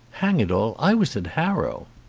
hang it all, i was at harrow.